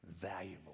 valuable